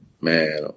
man